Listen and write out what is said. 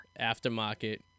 aftermarket